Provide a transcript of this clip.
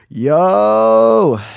Yo